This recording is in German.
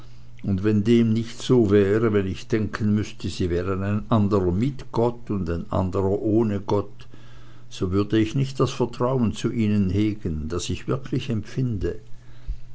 und wenn dem nicht so wäre wenn ich denken müßte sie wären ein anderer mit gott und ein anderer ohne gott so würde ich nicht das vertrauen zu ihnen hegen das ich wirklich empfinde